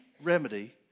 remedy